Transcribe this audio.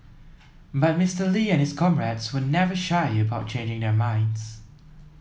but Mister Lee and his comrades were never shy about changing their minds